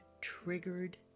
triggered